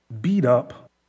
beat-up